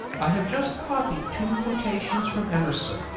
i have just copied two quotations from emerson,